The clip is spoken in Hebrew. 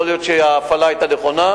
יכול להיות שההפעלה היתה נכונה.